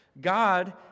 God